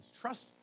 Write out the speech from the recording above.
Trust